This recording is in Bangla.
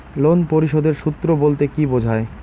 লোন পরিশোধের সূএ বলতে কি বোঝায়?